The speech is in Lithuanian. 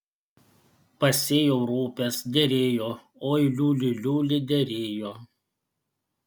pasėjau ropes derėjo oi liuli liuli derėjo